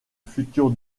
futur